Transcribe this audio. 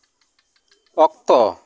ᱚᱠᱛᱚ